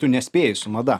tu nespėji su mada